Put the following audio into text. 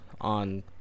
on